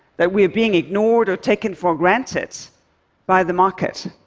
that we are being ignored or taken for granted by the market.